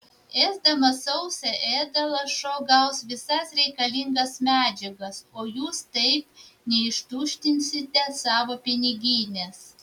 ėsdamas sausą ėdalą šuo gaus visas reikalingas medžiagas o jūs taip neištuštinsite savo piniginės